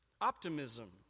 optimism